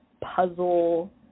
puzzle